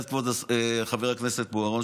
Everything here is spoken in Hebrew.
חבר הכנסת בוארון,